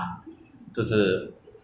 eh 我们上一次出来是几时 ah